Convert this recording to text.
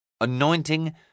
Anointing